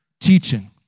teaching